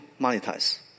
monetize